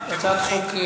שותף להצעת חוק,